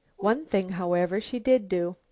one thing, however, she did do.